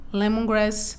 lemongrass